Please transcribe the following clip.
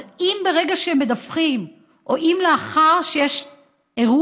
אבל אם ברגע שהם מדווחים, או אם לאחר שיש אירוע,